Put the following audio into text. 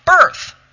birth